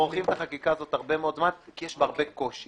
אנחנו מורחים את החקיקה הזאת הרבה מאוד זמן כי יש בה הרבה קושי.